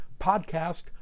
podcast